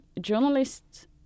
journalists